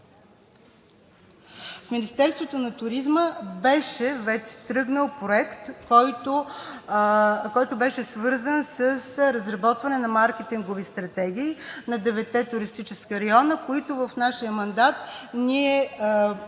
В Министерството на туризма вече беше тръгнал проект, свързан с разработване на маркетингови стратегии на деветте туристически района, които в нашия мандат